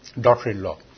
daughter-in-law